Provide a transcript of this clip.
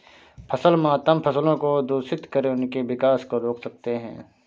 फसल मातम फसलों को दूषित कर उनके विकास को रोक सकते हैं